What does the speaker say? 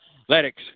athletics